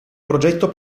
progetto